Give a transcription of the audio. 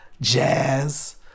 jazz